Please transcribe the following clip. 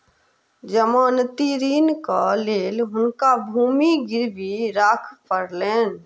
जमानती ऋणक लेल हुनका भूमि गिरवी राख पड़लैन